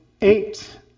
eight